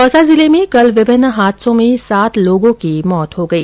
दौसा जिले में कल विभिन्न हादसों में सात लोगों की मौत हो गई